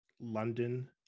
london